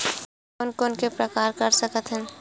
कोन कोन प्रकार के कर सकथ हन?